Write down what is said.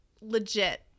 legit